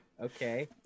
okay